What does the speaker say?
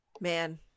man